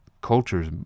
culture's